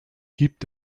gibt